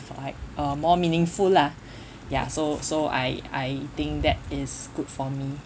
like uh more meaningful lah ya so so I I think that is good for me